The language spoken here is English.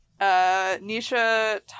Nisha